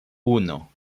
uno